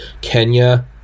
Kenya